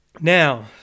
Now